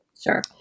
Sure